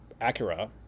Acura